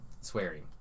swearing